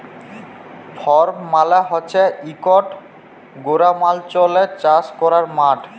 farm মালে হছে ইকট গেরামাল্চলে চাষ ক্যরার মাঠ